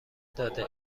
داده